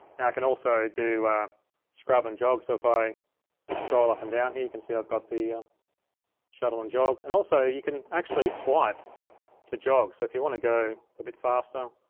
now i can also do scrub and jog, so if i scroll up and down here, you can see i've got the ah shuttle and jog. and also, you can actually swipe to jog. so if you wanna go a bit faster,